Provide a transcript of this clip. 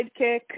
sidekick